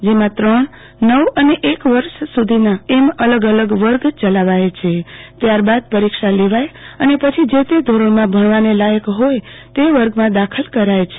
જેમાં ત્રણનવ અને એક વર્ષ સુ ધીના એમ અલગ અલગ વર્ગ યલાવાય છે ત્યારબાદ પરીક્ષા લેવાય અને પછી તે જ ધોરણમાં ભણવાને લાયક હોય તે વર્ગમાં દાખલ કરાય છે